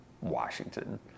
Washington